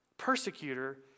persecutor